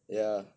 ya